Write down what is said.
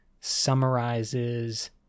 summarizes